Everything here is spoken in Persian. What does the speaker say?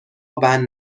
بند